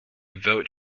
vote